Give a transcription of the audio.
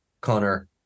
Connor